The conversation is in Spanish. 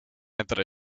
entre